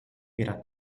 era